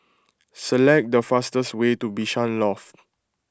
select the fastest way to Bishan Loft